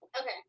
Okay